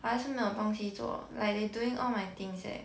还是没有东西做 like they doing all my things eh